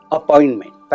appointment